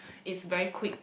it's very quick